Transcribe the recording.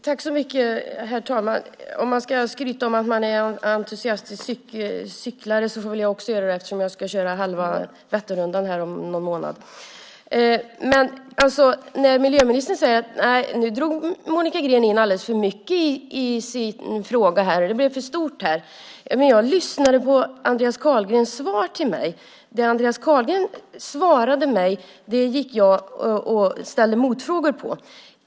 Herr talman! Om man ska skryta om att man är en entusiastisk cyklist får väl jag också göra det eftersom jag ska köra halva Vätternrundan om någon månad. Miljöministern säger att jag drog in alldeles för mycket i debatten och att det blev för stort. Men jag lyssnade på Andreas Carlgrens svar till mig och ställde motfrågor.